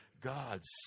God's